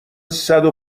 صدو